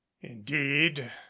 indeed